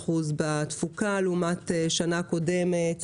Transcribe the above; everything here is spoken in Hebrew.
80% בתפוקה לעומת שנה קודמת,